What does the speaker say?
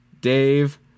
Dave